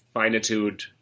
finitude